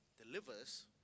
delivers